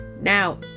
Now